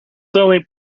slowly